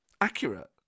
accurate